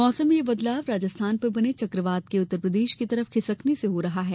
मौसम में यह बदलाव राजस्थान पर बने चक्रवात के उत्तरप्रदेश की तरफ खिसकने से हो रहा है